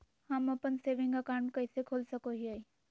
हम अप्पन saving account कइसे खोल सको हियै?